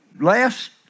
Last